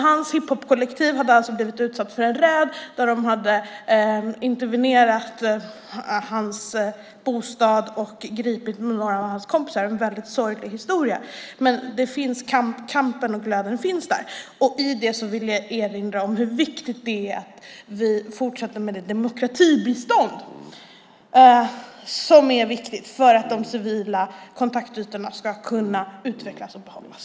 Hans hiphopparkollektiv blev utsatt för en räd, där de intervenerade i hans bostad och grep några av hans kompisar. Det är en väldigt sorglig historia. Men kampen och glädjen finns där. Med det vill jag erinra om hur viktigt det är att vi fortsätter med demokratibiståndet - det är viktigt för att de civila kontaktytorna ska kunna utvecklas och behållas.